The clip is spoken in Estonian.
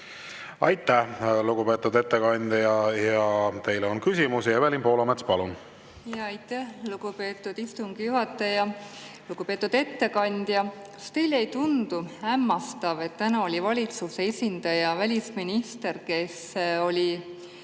Aitäh, lugupeetud ettekandja! Teile on küsimusi. Evelin Poolamets, palun! Aitäh, lugupeetud istungi juhataja! Lugupeetud ettekandja! Kas teile ei tundu hämmastav, et täna oli siin valitsuse esindaja välisminister, kes